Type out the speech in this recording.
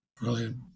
brilliant